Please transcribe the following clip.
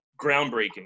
groundbreaking